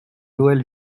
joël